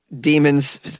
demons